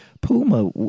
puma